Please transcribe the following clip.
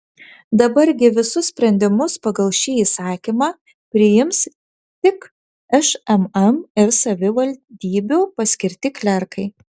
dabar gi visus sprendimus pagal šį įsakymą priims tik šmm ir savivaldybių paskirti klerkai